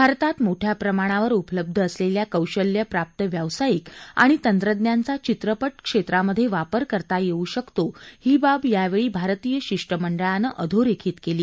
भारतात मोठया प्रमाणावर उपलब्ध असलेल्या कौशल्य प्राप्त व्यवसायिक आणि तंत्रज्ञांचा चित्रपट क्षेत्रामधे वापर करता येऊ शकतो ही बाब यावेळी भारतीय शिष्टमंडळानं अधोरेखित केली